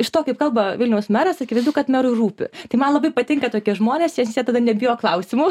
iš to kaip kalba vilniaus meras akivaizdu kad merui rūpi tai man labai patinka tokie žmonės nes jie tada nebijo klausimų